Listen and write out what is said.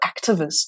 activist